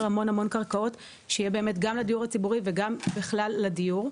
המון קרקעות שיהיה באמת גם לדיור הציבורי וגם בכלל לדיור.